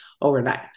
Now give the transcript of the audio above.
overnight